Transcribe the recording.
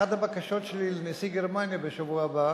אחת הבקשות שלי לנשיא גרמניה בשבוע הבא